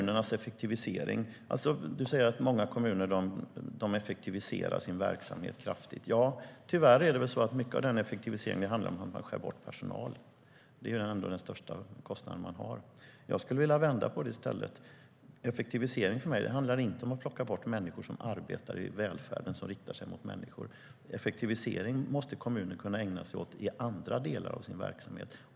Niklas Karlsson säger att många kommuner effektiviserar sin verksamhet kraftigt. Tyvärr är det väl så att mycket av den effektiviseringen handlar om att man skär bort personal, som är den största kostnad man har. Jag skulle vilja vända på det. Effektivisering handlar för mig inte om att plocka bort människor som arbetar i välfärden, som riktar sig mot människor. Effektivisering måste kommunen kunna ägna sig åt i andra delar av sin verksamhet.